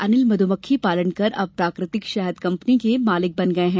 अनिल मध्यमक्खी पालन कर अब प्राकृतिक शहद कम्पनी के मालिक बन गये हैं